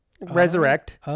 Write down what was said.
resurrect